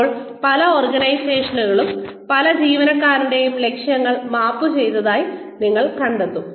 ഇപ്പോൾ പല ഓർഗനൈസേഷനുകളും ഓരോ ജീവനക്കാരന്റെയും ലക്ഷ്യങ്ങൾ മാപ്പ് ചെയ്തതായി നിങ്ങൾ കണ്ടെത്തും